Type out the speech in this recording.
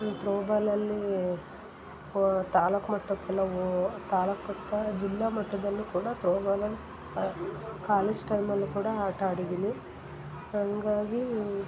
ತ್ರೋಬಾಲಲ್ಲೀ ತಾಲೂಕು ಮಟ್ಟಕ್ಕೆಲ್ಲ ಓ ತಾಲೂಕು ಮಟ್ಟ ಜಿಲ್ಲಾ ಮಟ್ಟದಲ್ಲಿ ಕೂಡ ತ್ರೋಬಾಲಲ್ಲಿ ಕಾಲೇಜ್ ಟೈಮಲ್ಲಿ ಕೂಡ ಆಟ ಆಡಿದ್ದೀನಿ ಹಂಗಾಗಿ